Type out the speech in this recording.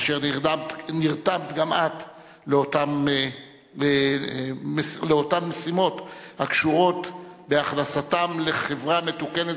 אשר נרתמת גם את לאותן משימות הקשורות בהכנסתם לחברה מתוקנת